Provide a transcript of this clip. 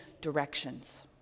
directions